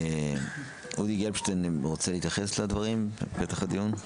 אודי גלבשטיין, רוצה להתייחס לדברים בפתח הדיון?